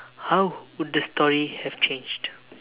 how would the story have changed